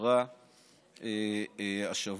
שקרה השבוע,